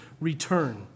return